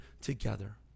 together